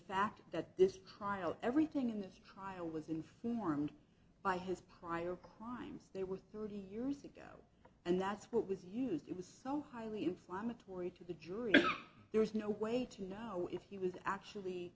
fact that this trial everything in this trial was informed by his prior crimes there were thirty years ago and that's what was used it was so highly inflammatory to the jury there is no way to know if he was actually